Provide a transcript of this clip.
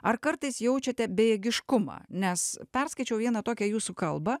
ar kartais jaučiate bejėgiškumą nes perskaičiau vieną tokią jūsų kalbą